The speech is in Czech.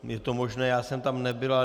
Je to možné, já jsem tam nebyl.